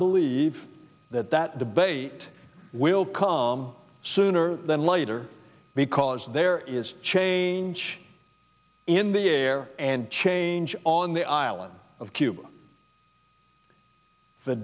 believe that that debate will come sooner than later because there is change in the air and change on the island of cuba the